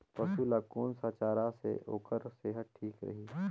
पशु ला कोन स चारा से ओकर सेहत ठीक रही?